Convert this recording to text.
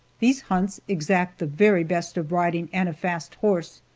these hunts exact the very best of riding and a fast horse,